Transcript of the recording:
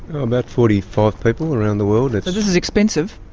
about forty five people around the world. so this is expensive?